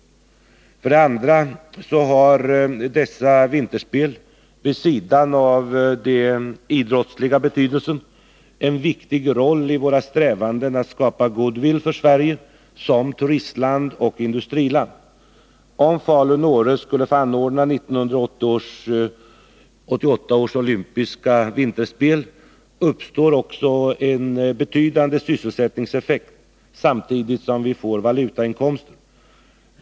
För det andra har dessa vinterspel, vid sidan av den idrottsliga betydelsen, en viktig roll i våra strävanden att skapa goodwill för Sverige som turistland och industriland. Om Falun och Åre skulle få anordna 1988 års olympiska vinterspel uppstår också en betydande sysselsättningseffekt, samtidigt som vi får valutainkomster.